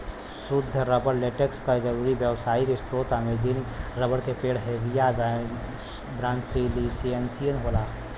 सुद्ध rubber latex क जरुरी व्यावसायिक स्रोत अमेजोनियन रबर क पेड़ हेविया ब्रासिलिएन्सिस होला